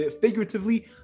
figuratively